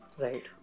Right